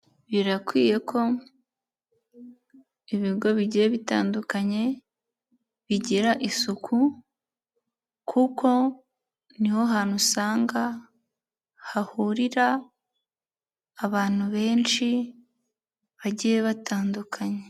Birakwiye ko ibigo bigiye bitandukanye bigira isuku kuko ni ho hantu usanga hahurira abantu benshi, bagiye batandukanye.